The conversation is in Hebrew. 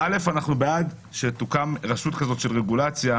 אנחנו בעד שתוקם רשות כזאת של רגולציה,